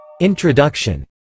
Introduction